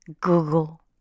Google